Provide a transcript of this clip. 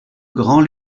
grand